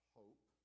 hope